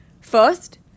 First